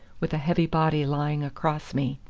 with a heavy body lying across me.